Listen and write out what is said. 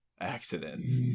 accidents